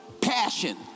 passion